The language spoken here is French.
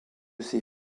ses